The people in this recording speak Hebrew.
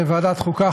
לוועדת החוקה,